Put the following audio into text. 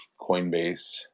Coinbase